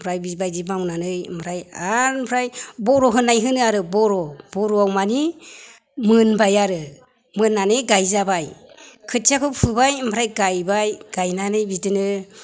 ओमफ्राय बेबायदि मावनानै ओमफ्राय आरो बेनिफ्राय बर' होनाय होनो आरो बर' बर'आव माने मोनबाय आरो मोननानै गायजाबाय खोथियाखौ फुबाय ओमफ्राय गायबाय गायनानै बिदिनो